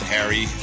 Harry